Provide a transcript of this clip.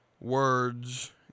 words